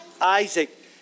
Isaac